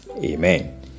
amen